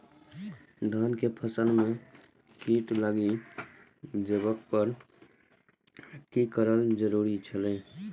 धान के फसल में कीट लागि जेबाक पर की करब जरुरी छल?